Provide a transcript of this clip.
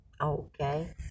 Okay